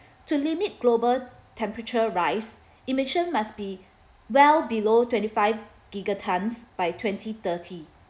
to limit global temperature rise emissions must be well below twenty five gigatons by twenty thirty